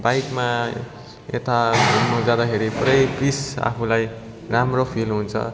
बाइकमा यता घुम्न जाँदाखेरि पुरै पिस आफूलाई राम्रो फिल हुन्छ